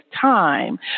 time